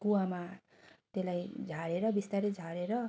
कुवामा त्यसलाई झारेर बिस्तारै झारेर